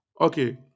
okay